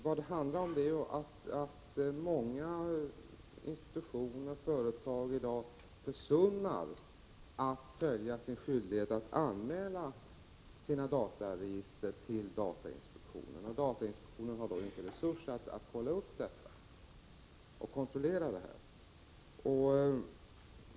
Vad det handlar om är att många institutioner och företag i dag försummar att fullgöra skyldigheten att anmäla sina dataregister till datainspektionen, och datainspektionen har inte resurser att kontrollera detta.